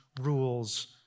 rules